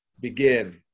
begin